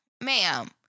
Ma'am